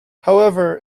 however